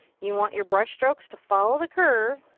you want your brush strokes to follow the curve.